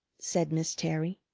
said miss terry.